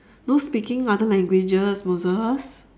no speaking other languages moses